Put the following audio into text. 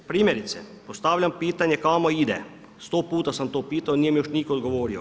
Primjerice postavljam pitanje kamo ide, sto puta sam to pitao, nije mi još nitko odgovorio.